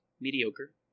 Mediocre